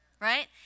Right